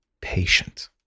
patient